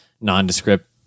nondescript